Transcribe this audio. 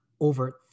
over